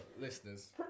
listeners